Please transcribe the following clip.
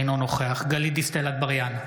אינו נוכח גלית דיסטל אטבריאן,